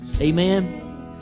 Amen